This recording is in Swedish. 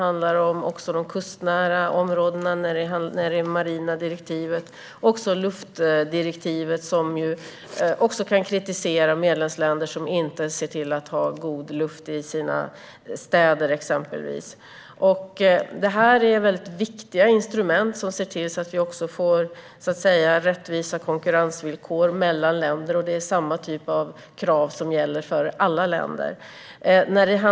För de kustnära områdena finns det marina direktivet, och luftdirektivet gör att medlemsländer kan kritiseras för att exempelvis inte se till att ha god luft i sina städer. Det här är viktiga instrument för att vi ska ha rättvisa konkurrensvillkor mellan länder, och det är samma typ av krav som gäller för alla länder.